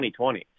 2020